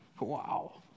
Wow